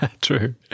True